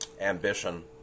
ambition